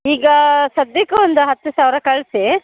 ಈಗ ಸದ್ಯಕ್ಕೆ ಒಂದು ಹತ್ತು ಸಾವಿರ ಕಳಿಸಿ